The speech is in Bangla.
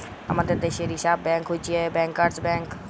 আমাদের দ্যাশে রিসার্ভ ব্যাংক হছে ব্যাংকার্স ব্যাংক